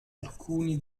alcuni